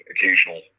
occasional